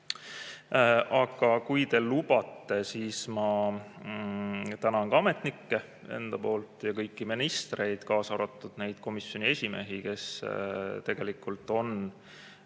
Aga kui te lubate, siis ma tänan ka ametnikke ja kõiki ministreid, kaasa arvatud neid komisjoni esimehi, kes tegelikult on